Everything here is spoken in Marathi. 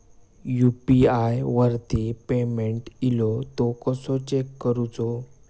यू.पी.आय वरती पेमेंट इलो तो कसो चेक करुचो?